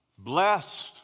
Blessed